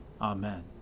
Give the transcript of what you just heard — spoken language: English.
Amen